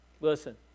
Listen